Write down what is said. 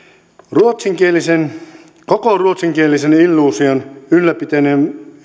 maihin koko ruotsinkielisen illuusion ylläpitäminen